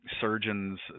surgeons